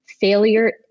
failure